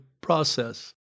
process